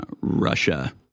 Russia